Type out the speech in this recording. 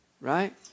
Right